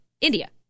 India